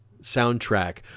soundtrack